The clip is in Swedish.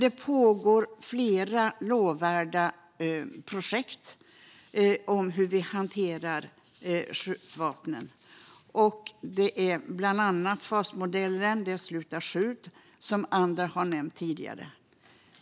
Det pågår flera lovvärda projekt om hur skjutvapen hanteras. Det är bland annat fasmodellen, och det är Sluta skjut, som andra har nämnt tidigare.